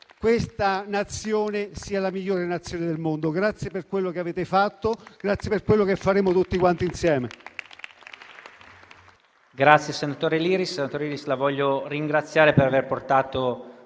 questa Nazione sia la migliore del mondo. Grazie per quello che avete fatto, grazie per quello che faremo tutti quanti insieme.